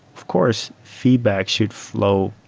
of course, feedback should fl ow